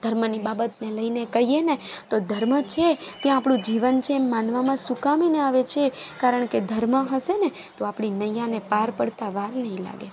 ધર્મની બાબતને લઈને કહીએ તો ધર્મ છે ત્યાં આપણું જીવન છે એમ માનવામાં શું કામ આવે છે કારણ કે ધર્મ હશેને તો આપણી નૈયાને પાર પડતા વાર નહીં લાગે